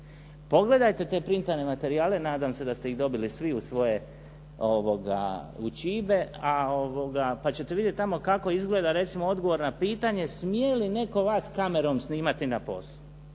Pogledajte te printane materijale, nadam se da ste ih dobili svi u svoje …/Govornik se ne razumije./… pa ćete vidjeti tamo kako izgleda recimo odgovor na pitanje smije li netko vas kamerom snimati na posao.